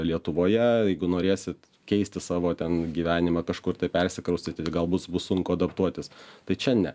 lietuvoje jeigu norėsit keisti savo ten gyvenimą kažkur tai persikraustyti galbūt bus sunku adaptuotis tai čia ne